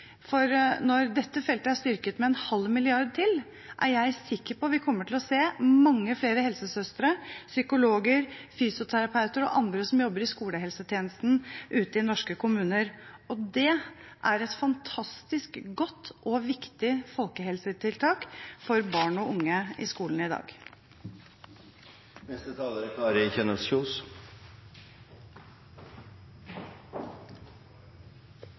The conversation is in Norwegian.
magen når det gjelder øremerking, for når dette feltet er styrket med en halv milliard kroner til, er jeg sikker på vi kommer til å se mange flere helsesøstre, psykologer, fysioterapeuter og andre som jobber i skolehelsetjenesten ute i norske kommuner. Det er et fantastisk godt og viktig folkehelsetiltak for barn og unge i skolen i dag.